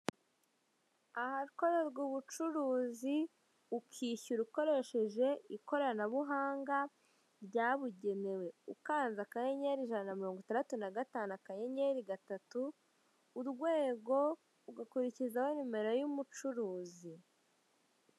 Ahakorerwa ubucuruzi ukishyura ukoresheje ikoranabuhanga ryabugenewe, ukanze akanyenyeri ijana na mirongo itandatu na gatanu akanyenyeri gatatu urwego ugakurikizaho nimero y'umucuruzi.